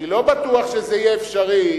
אני לא בטוח שזה יהיה אפשרי